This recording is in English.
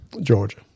Georgia